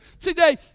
Today